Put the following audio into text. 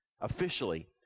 officially